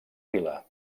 vila